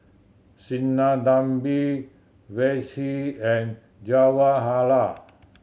Sinnathamby Verghese and Jawaharlal